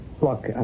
Look